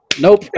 nope